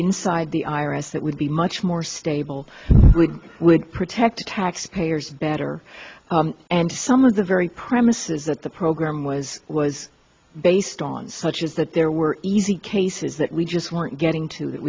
inside the i r s that would be much more stable would protect taxpayers better and some of the very premises that the program was was based on such is that there were easy cases that we just weren't getting to that